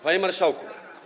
Panie Marszałku!